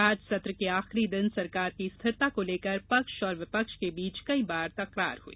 आज सत्र के आखिरी दिन सरकार की स्थिरता को लेकर पक्ष और विपक्ष के बीच कई बार तकरार हई